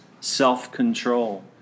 self-control